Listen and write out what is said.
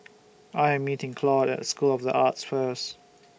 I Am meeting Claude At School of The Arts First